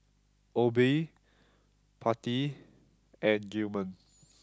Obie Patti and Gilman